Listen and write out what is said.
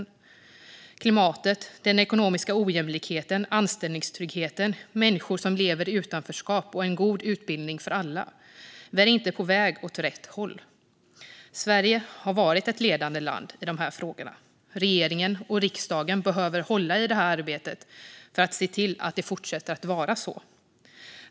När det gäller klimatet, den ekonomiska ojämlikheten, anställningstryggheten, människor som lever i utanförskap och en god utbildning för alla är vi inte på väg åt rätt håll. Sverige har varit ett ledande land i de här frågorna. Regeringen och riksdagen behöver hålla i det här arbetet för att se till att det fortsätter att vara så.